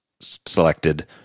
selected